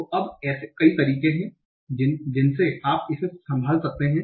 तो अब ऐसे कई तरीके हैं जिनसे आप इसे संभाल सकते हैं